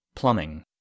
Plumbing